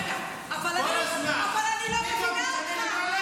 רגע, אבל אני לא מבינה אותך.